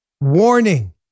warning